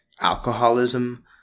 alcoholism